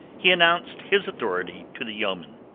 he announced his authority to the yeoman.